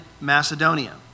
Macedonia